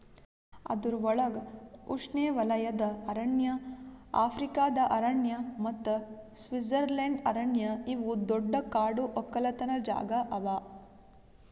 ಅದುರ್ ಒಳಗ್ ಉಷ್ಣೆವಲಯದ ಅರಣ್ಯ, ಆಫ್ರಿಕಾದ ಅರಣ್ಯ ಮತ್ತ ಸ್ವಿಟ್ಜರ್ಲೆಂಡ್ ಅರಣ್ಯ ಇವು ದೊಡ್ಡ ಕಾಡು ಒಕ್ಕಲತನ ಜಾಗಾ ಅವಾ